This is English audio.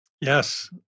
Yes